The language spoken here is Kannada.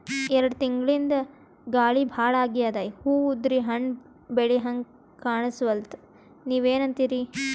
ಎರೆಡ್ ತಿಂಗಳಿಂದ ಗಾಳಿ ಭಾಳ ಆಗ್ಯಾದ, ಹೂವ ಉದ್ರಿ ಹಣ್ಣ ಬೆಳಿಹಂಗ ಕಾಣಸ್ವಲ್ತು, ನೀವೆನಂತಿರಿ?